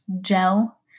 gel